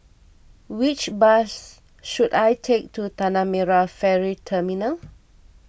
which bus should I take to Tanah Merah Ferry Terminal